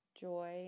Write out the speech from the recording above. joy